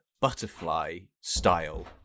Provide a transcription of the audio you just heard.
butterfly-style